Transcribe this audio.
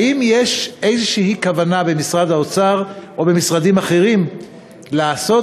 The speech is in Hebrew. האם יש איזושהי כוונה במשרד האוצר או במשרדים אחרים לעשות,